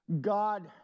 God